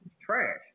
trash